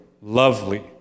lovely